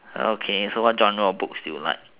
okay so what general books do you like